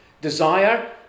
Desire